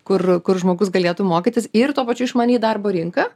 kur kur žmogus galėtų mokytis ir tuo pačiu išmanyt darbo rinką